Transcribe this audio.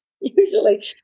Usually